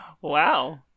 Wow